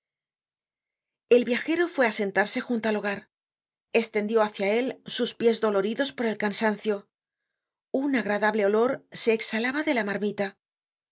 el viajero fué á sentarse junto al hogar estendió hácia el fuego sus piés doloridos por el cansancio un agradable olor se exhalaba de la marmita